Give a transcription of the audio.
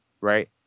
Right